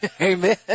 Amen